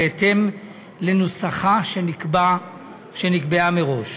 בהתאם לנוסחה שנקבעה מראש.